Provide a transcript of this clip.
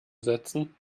setzen